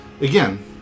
Again